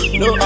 no